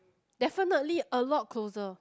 definitely a lot closer